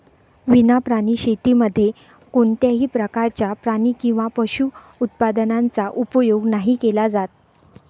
विना प्राणी शेतीमध्ये कोणत्याही प्रकारच्या प्राणी किंवा पशु उत्पादनाचा उपयोग नाही केला जात